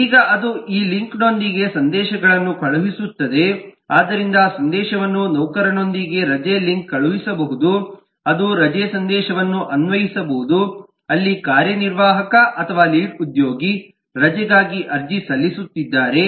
ಈಗ ಅದು ಈ ಲಿಂಕ್ನೊಂದಿಗೆ ಸಂದೇಶಗಳನ್ನು ಕಳುಹಿಸುತ್ತದೆ ಆದ್ದರಿಂದ ಸಂದೇಶವನ್ನು ನೌಕರನೊಂದಿಗಿನ ರಜೆ ಲಿಂಕ್ಗೆ ಕಳುಹಿಸಬಹುದು ಅದು ರಜೆ ಸಂದೇಶವನ್ನು ಅನ್ವಯಿಸಬಹುದು ಅಲ್ಲಿ ಕಾರ್ಯನಿರ್ವಾಹಕ ಅಥವಾ ಲೀಡ್ ಉದ್ಯೋಗಿ ರಜೆಗಾಗಿ ಅರ್ಜಿ ಸಲ್ಲಿಸುತ್ತಿದ್ದಾರೆ